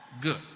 Good